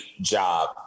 job